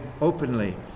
openly